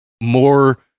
more